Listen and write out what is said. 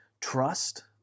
trust